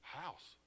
house